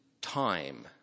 time